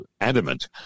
adamant